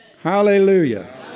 Hallelujah